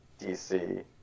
DC